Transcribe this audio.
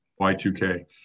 Y2K